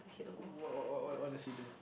what what what what what does he do